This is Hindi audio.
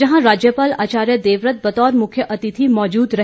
जहां राज्यपाल आचार्य देवव्रत बतौर मुख्यातिथि मौजूद रहे